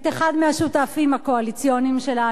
את אחד מהשותפים הקואליציוניים שלה,